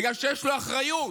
בגלל שיש לו אחריות,